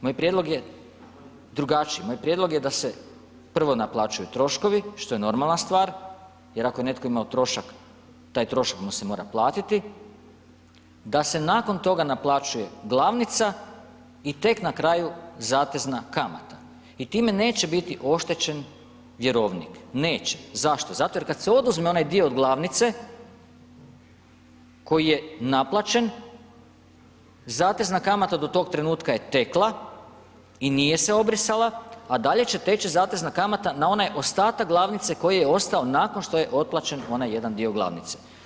Moj prijedlog je drugačiji, moj prijedlog je da se prvo naplaćuje troškovi, što je normalna stvar jer ako je netko imao trošak, taj trošak mu se mora platiti, da se nakon toga naplaćuje glavnica i tek na kraju zatezna kamata i time neće biti oštećen vjerovnik, neće, zašto, zato je kad se oduzme onaj dio od glavnice koji je naplaćen, zatezna kamata do tog trenutka je tekla i nije se obrisala a dalje će teći zatezna kamata na onaj ostatak glavnice koji je ostao nakon što je otplaćen onaj jedan dio glavnice.